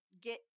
get